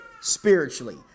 spiritually